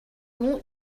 want